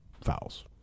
fouls